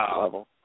level